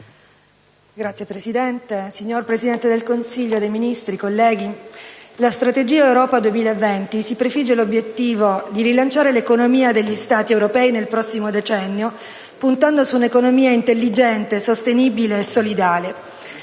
Signor Presidente, signor Presidente del Consiglio dei ministri, colleghi, la strategia Europa 2020 si prefigge l'obiettivo di rilanciare l'economia degli Stati europei nel prossimo decennio, puntando su un'economia intelligente, sostenibile e solidale.